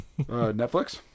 Netflix